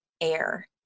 air